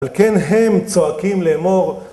על כן הם צועקים לאמור